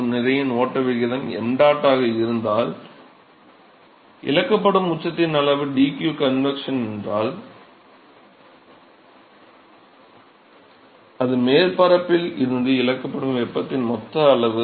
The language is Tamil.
மற்றும் நிறையின் ஓட்ட விகிதம் ṁ ஆக இருந்தால் இழக்கப்படும் உச்சத்தின் அளவு dq convection என்றால் அது மேற்பரப்பில் இருந்து இழக்கப்படும் வெப்பத்தின் மொத்த அளவு